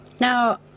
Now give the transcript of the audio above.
Now